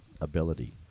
Ability